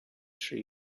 sri